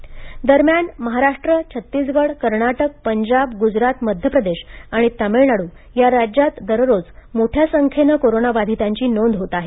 Covid राज्य दरम्यान महाराष्ट्र छत्तीसगड कर्नाटक पंजाब गुजरात मध्य प्रदेश आणि तामिळनाडू या राज्यांत दररोज मोठ्या संख्येनं कोरोना बाधितांची नोंद होत आहे